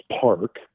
park